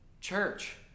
church